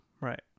Right